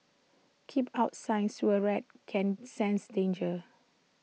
keep out sign sewer rats can sense danger